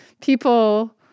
people